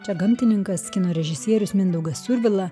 čia gamtininkas kino režisierius mindaugas survila